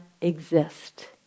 exist